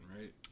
right